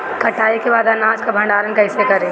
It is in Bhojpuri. कटाई के बाद अनाज का भंडारण कईसे करीं?